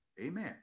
Amen